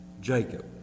Jacob